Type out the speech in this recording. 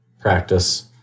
practice